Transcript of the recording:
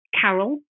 Carol